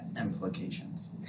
implications